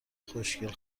خوشگل